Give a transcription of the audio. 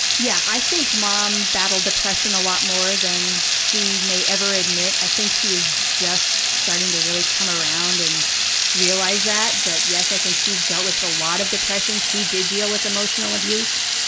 yeah, i think mom battled depression a lot more than she may ever admit. i think she is just starting to really come around and realize that, but yes, i think she's dealt with a lot of depression. she did deal with emotional abuse,